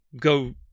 go